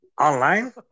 Online